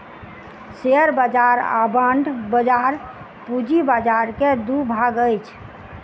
share बाजार आ bond बाजार पूंजी बाजार के दू भाग अछि